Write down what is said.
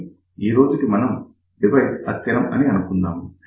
కానీ ఈ రోజుకి మనం డివైస్ అస్థిరం అని అనుకుందాము